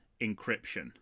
encryption